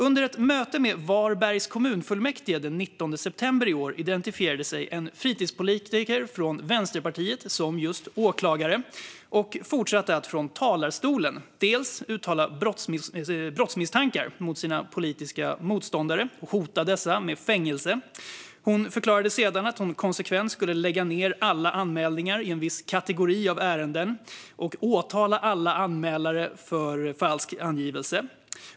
Under ett möte i Varbergs kommunfullmäktige den 19 september i år identifierade sig en fritidspolitiker från Vänsterpartiet som just åklagare och fortsatte att från talarstolen uttala brottsmisstankar mot sina politiska motståndare och hota dessa med fängelse. Hon förklarade sedan att hon konsekvent skulle lägga ned alla anmälningar inom en viss kategori av ärenden och åtala alla anmälare för falsk angivelse.